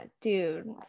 dude